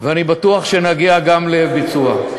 ואני בטוח שנגיע גם לביצוע.